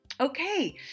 Okay